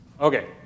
okay